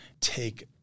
take